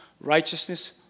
righteousness